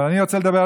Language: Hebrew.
אבל אני רוצה לדבר,